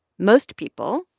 most people,